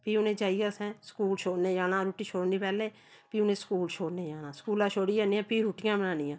फ्ही उ'नें जाइयै असें स्कूल छोड़ने जाना रुट्टी छोड़ने पैह्लें फ्ही उ'नें स्कूल छोड़ने जाना स्कूल छोड़ियै आनियै फ्ही रुट्टियां बनानियां